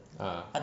ah